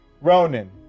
Ronan